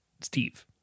Steve